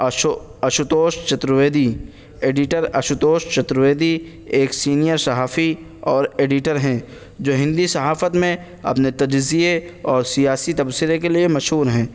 issue Ashutosh Chaturvedi editor Ashutosh Chaturvedi ایک senior صحافی اور ایڈیٹر ہیں جو ہندی صحافت میں اپنے تجزیے اور سیاسی تبصرے کے لیے مہشور ہیں